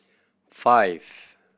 five